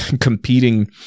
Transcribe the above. competing